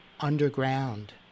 Underground